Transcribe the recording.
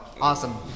awesome